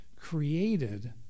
created